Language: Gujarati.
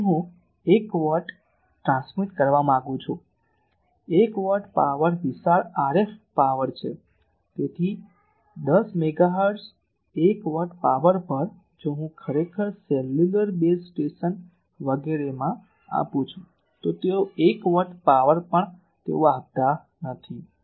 તેથી હું 1 વોટ્ટ ટ્રાન્સમિટ કરવા માંગુ છું 1 વોટ પાવર વિશાળ RF પાવર છે તેથી 10 મેગાહર્ટ્ઝ 1 વોટ પાવર પર જો હું ખરેખર સેલ્યુલર બેઝ સ્ટેશન વગેરેમાં આપું છું તો તેઓ 1 વોટ પાવર પણ તેઓ આપતા નથી